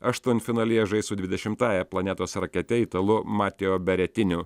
aštuntfinalyje žais su dvidešimtąja planetos rakete italu matijo beretiniu